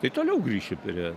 ir toliau grįšiu prie